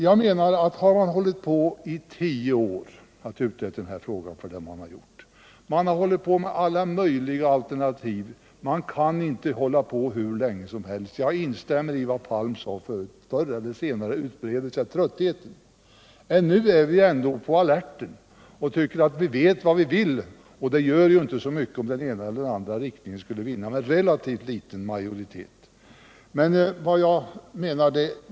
Man har ju nu hållit på med att utreda den här frågan under tio år, och man har diskuterat alla möjliga alternativ. Man kan inte fortsätta med detta hur länge som helst. Jag instämmer i vad Sture Palm sade här förut: Förr eller senare utbreder sig tröttheten. Ännu är vi på alerten och tycker att vi vet vad vi vill och att det inte gör så mycket om den ena eller den andra riktningen skulle vinna med relativt liten majoritet.